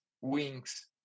wings